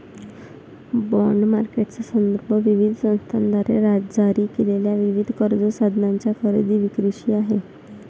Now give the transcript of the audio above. bond मार्केटचा संदर्भ विविध संस्थांद्वारे जारी केलेल्या विविध कर्ज साधनांच्या खरेदी विक्रीशी आहे